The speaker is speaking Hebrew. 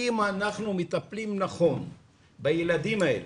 אם אנחנו מטפלים נכון בילדים האלה,